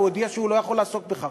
הוא הודיע שהוא לא יכול לעסוק בכך.